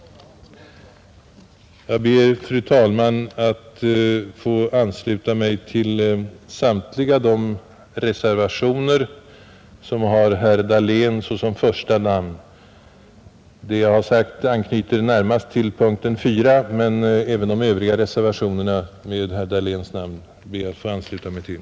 Jag ber, fru talman, att få yrka bifall till samtliga de reservationer som har herr Dahlén såsom första namn. Det jag har sagt anknyter närmast till punkten 4, men även de övriga reservationerna med herr Dahléns namn ber jag alltså att få ansluta mig till.